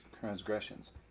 transgressions